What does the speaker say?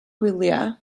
gwyliau